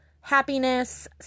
happiness